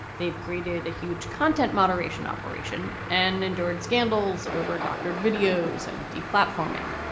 they've created a huge content moderation operation and endured scandals over doctored videos and deep platforming.